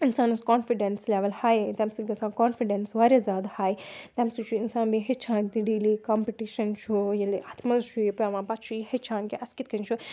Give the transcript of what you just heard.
اِنسانَس confidence level ہَے تممۍ سۭتۍ گژھان کانفِڈینٕس واریاہ زیادٕ ہَے تَمہِ سۭتۍ چھُ اِنسان بیٚیہِ ہیٚچھان تہِ ڈیلی کَمپٕٹِشَن چھُ ییٚلہِ اَتھ منٛز چھُ یہِ پٮ۪وان پَتہٕ چھُ یہِ ہیٚچھان کہِ اَسہِ کِتھ کٔنۍ چھُ